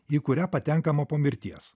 į kurią patenkama po mirties